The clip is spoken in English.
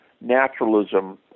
naturalism